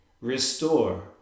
Restore